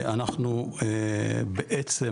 אנחנו בעצם,